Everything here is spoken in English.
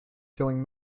killing